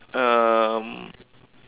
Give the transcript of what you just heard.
um